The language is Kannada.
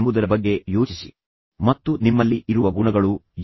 ಇದನ್ನು ನೋಡಿಃ ಅವನು ಹೇಳೋದು ಇಬ್ಬರು ವ್ಯಕ್ತಿಗಳ ಪ್ರಕರಣವನ್ನು ಪರಿಗಣಿಸಿ